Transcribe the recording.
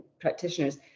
practitioners